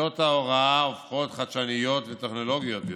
שיטות ההוראה הופכות חדשניות וטכנולוגיות יותר.